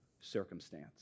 circumstance